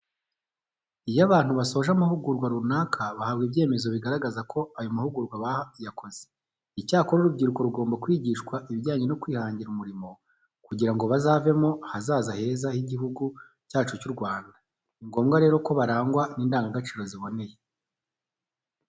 Iyo abantu basoje amahugurwa runaka bahabwa ibyemezo bigaragaza ko ayo mahugurwa bayakoze. Icyakora urubyiruko rugomba kwigishwa ibijyane no kwihangira umurimo kugira ngo bazavemo ahazaza heza h'Igihugu cyacu cy'u Rwanda. Ni ngombwa rero ko barangwa n'indangagaciro ziboneye.